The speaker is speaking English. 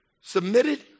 Submitted